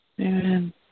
Amen